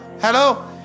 hello